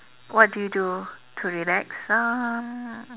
what do you do to relax um